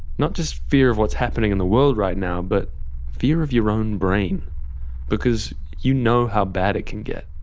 not just fear of what's happening in the world right now, but fear of your own brain because you know how bad it can get.